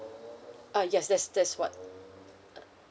uh yes that's that's what